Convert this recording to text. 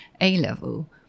A-level